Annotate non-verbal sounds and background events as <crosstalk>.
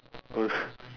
oh <laughs>